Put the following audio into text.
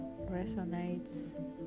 resonates